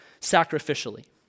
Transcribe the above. sacrificially